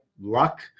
luck